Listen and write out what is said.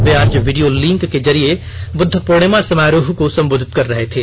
वे आज video link के जरिए बुद्ध प्रर्णिमा समारोह को संबोधित कर रहे थे